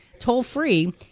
toll-free